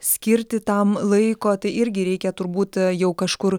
skirti tam laiko tai irgi reikia turbūt jau kažkur